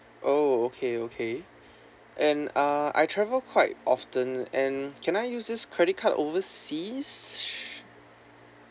oh okay okay and uh I travel quite often and can I use this credit card overseas